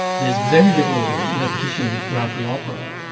there's very little repetition throughout the opera,